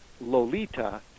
Lolita